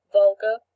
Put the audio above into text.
vulgar